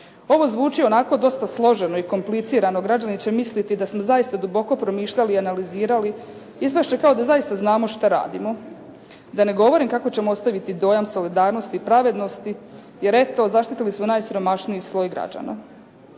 Ovo zvuči onako dosta složeno i komplicirano, građani će misliti da smo zaista duboko promišljali i analizirali, ispast će kao da zaista znamo šta radimo, da ne govorim kako ćemo ostaviti dojam solidarnosti i pravednosti jer eto zaštitili smo najsiromašniji sloj građana.